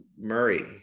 Murray